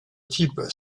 type